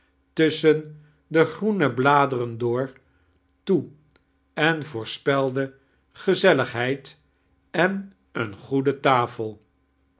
tusschen de groene bladeren door toe en voorspelde gezelligheid an eene goede tafel